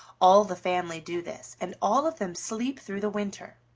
all the family do this, and all of them sleep through the winter.